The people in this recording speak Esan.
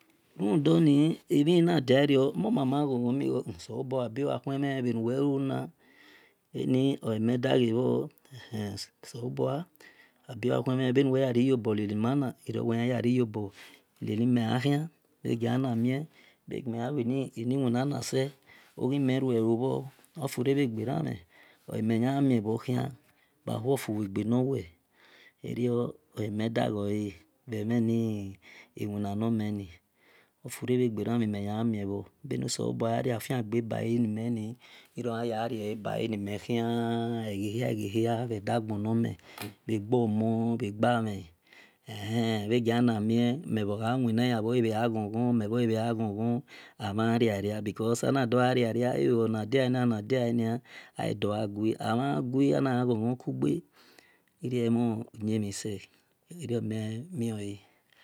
Rudorni emhi na dia riormomama gho ghon mhi wel oselobua wel abiu aku enmhem bhe nuwel luna eni oli me da ghe bhor selobua bhe nu wel yari yoboleli mania irio wel yan ya ri yobor lele. a gja khian bje gia yana mie mhe gieme yalue ni whinase oghime rulo bhor ofire bhe gberame bja hue fubhe ghe nor wel irio olime dagjole mhe mjwni iwina nor mel ni ofure bhe gberami mel yan miebhar bje bo ya ria fia gbe nime khian irio oyan ya gja rieni mel khan bhe dagbon nor mel bhe gjo mat bje gba mhe bhe gianamie mel gja wina elgha egho gjon mel bho bhe gja gjon gjon aya guii amhangui ana gha gjon ghon kukgbe irrie ene mhi sel irrie meh miole